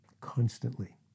Constantly